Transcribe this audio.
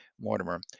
Mortimer